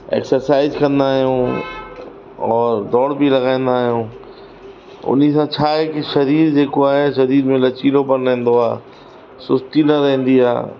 exercise कंदा आहियूं और दौड़ बि लॻाईंदा आहियूं उन सां छा आहे की शरीर जेको आहे शरीर में लचीलोपन रेंदो आहे सुस्ती न रहंदी आहे